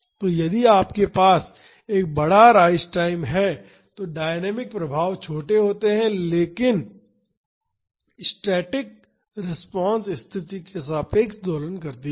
तो यदि आपके पास एक बड़ा राइज टाइम है तो डायनामिक प्रभाव छोटे हैं लेकिन संरचना स्टैटिक रिस्पांस स्तिथि के सापेक्ष दोलन करती है